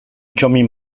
txomin